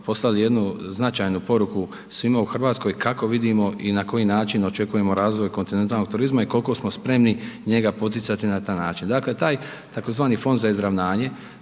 poslali jednu značajnu poruku svima u RH kako vidimo i na koji način očekujemo razvoj kontinentalnog turizma i kolko smo spremni njega poticati na taj način. Dakle, taj tzv. Fond za izravnjanje